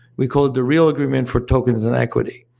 we call it the real agreement for tokens and equity.